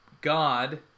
God